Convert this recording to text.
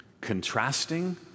Contrasting